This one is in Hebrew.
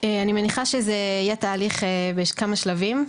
מניחה שזה יהיה תהליך בכמה שלבים.